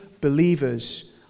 believers